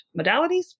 modalities